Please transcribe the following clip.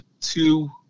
two